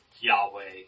Yahweh